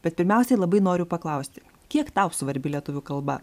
bet pirmiausiai labai noriu paklausti kiek tau svarbi lietuvių kalba